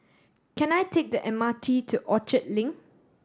can I take the M R T to Orchard Link